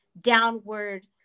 downward